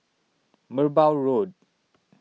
Merbau Road